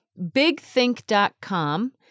BigThink.com